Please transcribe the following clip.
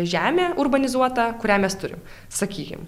žemė urbanizuota kurią mes turim sakykim